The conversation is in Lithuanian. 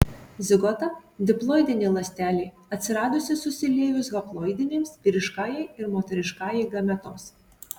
zigota diploidinė ląstelė atsiradusi susiliejus haploidinėms vyriškajai ir moteriškajai gametoms